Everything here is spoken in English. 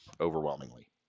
overwhelmingly